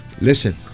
Listen